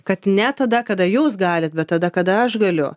kad ne tada kada jūs galit bet tada kada aš galiu